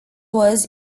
was